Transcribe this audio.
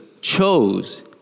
chose